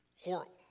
horrible